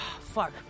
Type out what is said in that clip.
Fuck